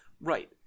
Right